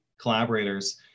collaborators